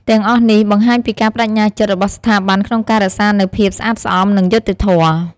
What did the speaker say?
ទាំងអស់នេះបង្ហាញពីការប្តេជ្ញាចិត្តរបស់ស្ថាប័នក្នុងការរក្សានូវភាពស្អាតស្អំ និងយុត្តិធម៌។